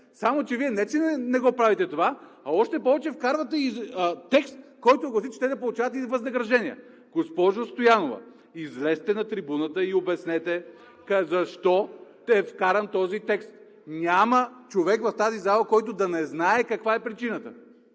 Само че Вие не че не го правите това, а още повече вкарвате и текст, който гласи, те да получават и възнаграждения. Госпожо Стоянова, излезте на трибуната и обяснете защо е вкаран този текст! Няма човек в тази зала, който да не знае каква е причината.